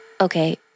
Okay